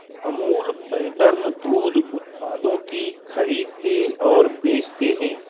Amul pattern दूध उत्पादों की खरीदते और बेचते है